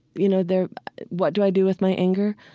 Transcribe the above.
you know there what do i do with my anger?